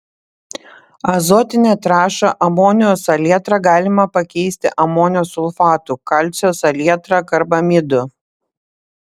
azotinę trąšą amonio salietrą galima pakeisti amonio sulfatu kalcio salietra karbamidu